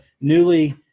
newly